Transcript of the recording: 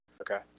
Okay